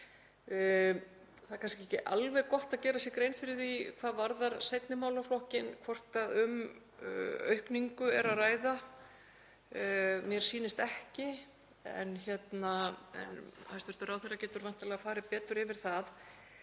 Það er kannski ekki alveg gott að gera sér grein fyrir því, hvað varðar seinni málaflokkinn, hvort um aukningu sé að ræða. Mér sýnist ekki en hæstv. ráðherra getur væntanlega farið betur yfir það.